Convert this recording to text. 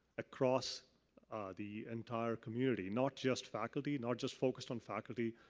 across the entire community. not just faculty. not just focused on faculty.